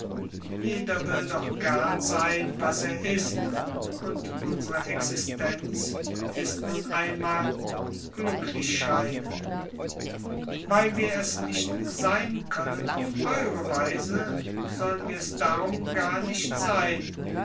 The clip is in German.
jeder will doch gern ganz sein was er ist und unsre existenz ist nun einmal glücklich scheinen weil wir es nicht sein können auf eure weise sollen wir es darum gar nicht sein